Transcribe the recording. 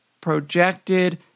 projected